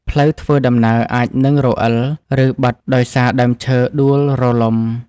ផ្លូវធ្វើដំណើរអាចនឹងរអិល ឬបិទដោយសារដើមឈើដួលរលំ។